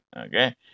okay